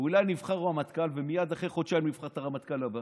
אולי נבחר רמטכ"ל ומייד אחרי חודשיים נבחר את הרמטכ"ל הבא?